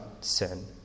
sin